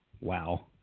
wow